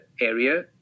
area